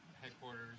headquarters